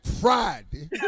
Friday